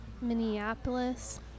minneapolis